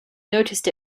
noticed